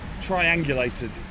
triangulated